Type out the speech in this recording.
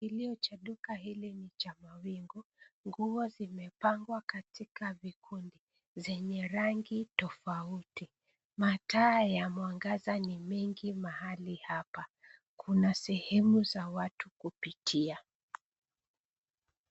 Kiingilio cha duka hili ni cha mawingu nguo zimepangwa katika vikundi zenye rangi tofauti. Mataa ya mwangaza ni mengi mahali hapa, kuna sehemu za watu kupitia.